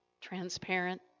transparent